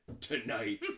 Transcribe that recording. tonight